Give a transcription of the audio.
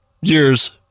years